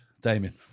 Damien